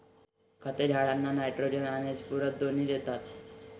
खते झाडांना नायट्रोजन आणि स्फुरद दोन्ही देतात